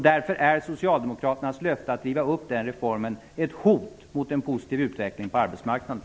Därför är Socialdemokraternas löfte att riva upp reformen ett hot mot en positiv utveckling på arbetsmarknaden.